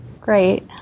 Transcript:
Great